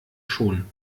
schón